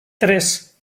tres